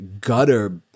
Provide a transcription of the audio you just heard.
gutter